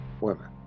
women